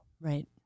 right